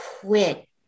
quit